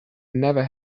never